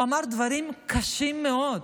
הוא אמר דברים קשים מאוד.